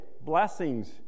Blessings